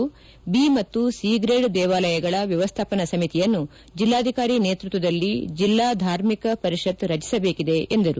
B ಮತ್ತು O grade ದೇವಾಲಯಗಳ ವ್ಯವಸ್ಥಾಪನಾ ಸಮಿತಿಯನ್ನು ಜೆಲ್ಲಾಧಿಕಾರಿ ನೇತೃತ್ವದಲ್ಲಿ ಜೆಲ್ಲಾ ಧಾರ್ಮಿಕ ಪರಿಷತ್ ರಚಿಸಬೇಕಿದೆ ಎಂದರು